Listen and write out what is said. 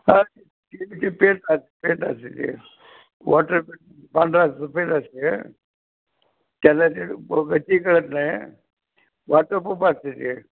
हा ती तशी पेंट असते पेंट असते ते वॉटरप पांढरा असतो पेंट असते त्याला ते गच्ची गळत नाही वॉटरप्रूफ असते ते